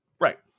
Right